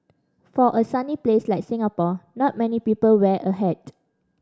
for a sunny place like Singapore not many people wear a hat